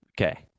Okay